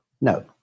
No